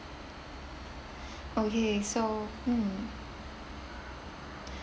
okay so mm